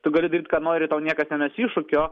tu gali daryt ką nori tau niekas nemes iššūkio